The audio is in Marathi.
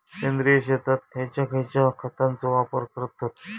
सेंद्रिय शेतात खयच्या खयच्या खतांचो वापर करतत?